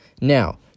Now